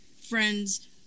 friends